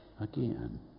again